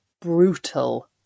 brutal